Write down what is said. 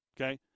Okay